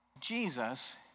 Jesus